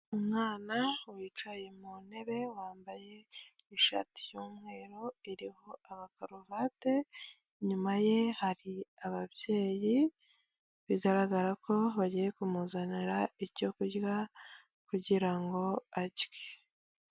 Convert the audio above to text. Umwana wicaye mu ntebe wambaye ishati y'umweru iriho agakaruvati, inyuma ye hari ababyeyi bigaragara ko bagiye kumuzanira icyo kurya kugira ngo arye.